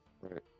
right